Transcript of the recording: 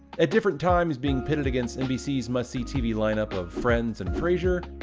at different times being pitted against nbc's must-see tv line-up of friends and frasier,